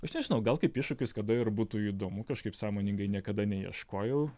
aš nežinau gal kaip iššūkis kada ir būtų įdomu kažkaip sąmoningai niekada neieškojau